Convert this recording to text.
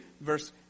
verse